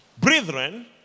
Brethren